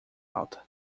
alta